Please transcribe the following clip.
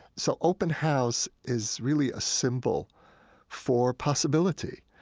so open house is really a symbol for possibility.